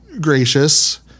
gracious